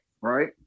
right